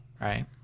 right